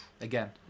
Again